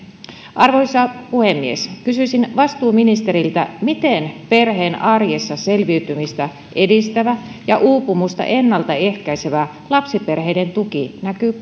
arvoisa puhemies kysyisin vastuuministeriltä miten perheen arjessa selviytymistä edistävä ja uupumusta ennaltaehkäisevä lapsiperheiden tuki näkyy